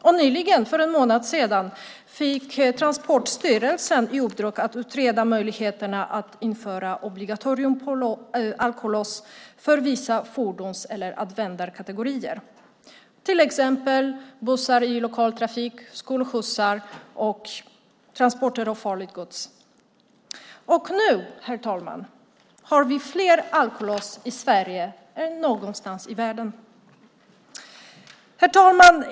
Och nyligen, för en månad sedan, fick Transportstyrelsen i uppdrag att utreda möjligheterna att införa obligatorium för alkolås för vissa fordons eller användarkategorier, till exempel bussar i lokaltrafik, skolskjutsar och transporter av farligt gods. Och nu, herr talman, har vi fler alkolås i Sverige än någon annanstans i världen. Herr talman!